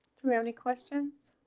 throughout any questions,